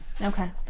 Okay